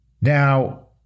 Now